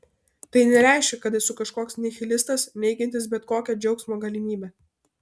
tai nereiškia kad esu kažkoks nihilistas neigiantis bet kokią džiaugsmo galimybę